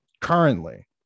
currently